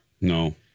No